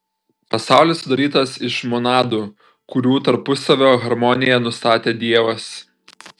pasaulis sudarytas iš monadų kurių tarpusavio harmoniją nustatė dievas